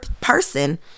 Person